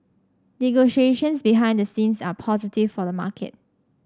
negotiations behind the scenes are positive for the market